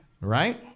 Right